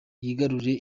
yigarurire